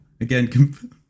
Again